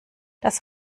das